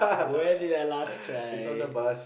where did I last cry